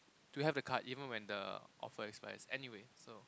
to have the card even when the offer expire anyway so